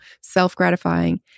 self-gratifying